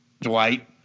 Dwight